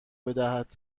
بدهد